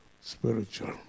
spiritual